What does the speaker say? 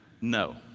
no